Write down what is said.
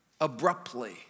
abruptly